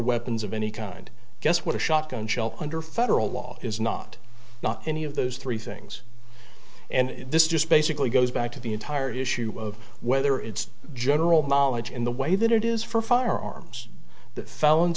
weapons of any kind guess what a shotgun shell under federal law is not not any of those three things and this just basically goes back to the entire issue of whether it's general knowledge in the way that it is for firearms that felons